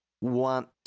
want